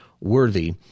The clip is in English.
worthy